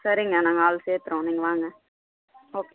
சரிங்க நாங்கள் ஆள் சேர்த்துறோம் நீங்கள் வாங்க ஓகே